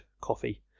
coffee